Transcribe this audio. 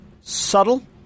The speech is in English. subtle